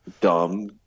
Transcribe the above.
dumb